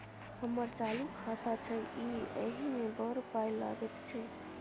हमर चालू खाता छै इ एहि मे बड़ पाय लगैत छै